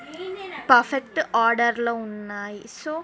perfect ఆర్డర్లో ఉన్నాయి so